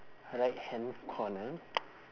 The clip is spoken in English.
right hand corner